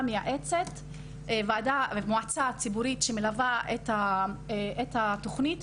מייעצת ומועצה ציבורית שמלווה את התוכנית.